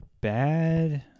bad